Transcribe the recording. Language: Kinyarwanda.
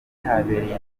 habereye